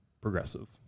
progressive